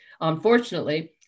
Unfortunately